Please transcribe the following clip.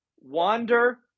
Wander